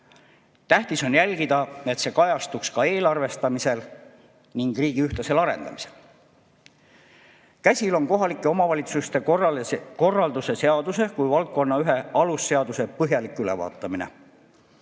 Tähtis on jälgida, et see kajastuks ka eelarvestamisel ja riigi ühtlasel arendamisel. Käsil on kohalike omavalitsuste korralduse seaduse kui valdkonna ühe alusseaduse põhjalik ülevaatamine.